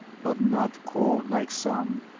but not cold like some.